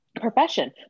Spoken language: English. profession